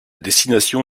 destination